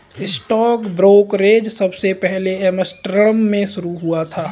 stock brokerage सबसे पहले Amsterdam में शुरू हुआ था